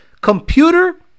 computer